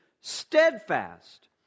steadfast